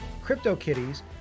CryptoKitties